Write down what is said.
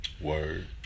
Word